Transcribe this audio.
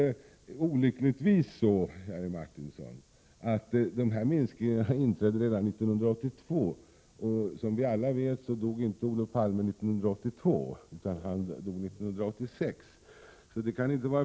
Det är olyckligtvis så, Jerry Martinger, att dessa minskningar inträdde redan 1982. Som vi alla vet dog inte Olof Palme 1982, utan 1986.